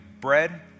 bread